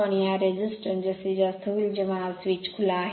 आणि हा प्रतिकार जास्तीत जास्त होईल जेव्हा हा स्विच खुला आहे